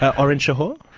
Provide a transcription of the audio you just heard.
oren shachor?